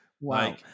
wow